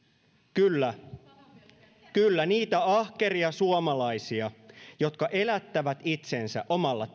kyllä kyllä niitä ahkeria suomalaisia jotka elättävät itsensä omalla